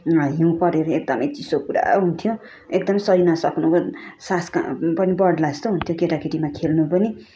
हिउँ परेर एकदमै चिसो पुरा हुन्थ्यो एकदमै सहिनसक्नु सास ग पनि बढ्ला जस्तो हुन्थ्यो केटाकेटीमा खेल्नु पनि